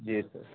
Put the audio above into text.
جی سر